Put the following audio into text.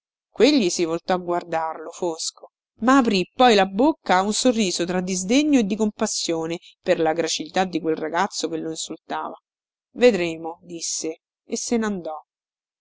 quegli si voltò a guardarlo fosco ma aprì poi la bocca a un sorriso tra di sdegno e di compassione per la gracilità di quel ragazzo che lo insultava vedremo disse e se n andò